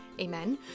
amen